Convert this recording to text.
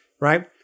right